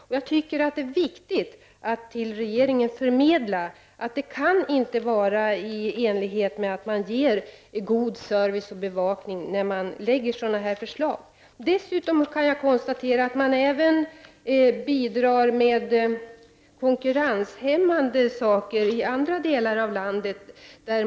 Det är enligt min mening viktigt att förmedla till regeringen att framläggandet av sådana här förslag inte kan vara förenliga med god service och bevakning. Dessutom konstaterar jag att man därmed även bidrar till konkurrenshämmande inslag i andra delar av landet.